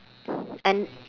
and